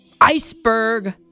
Iceberg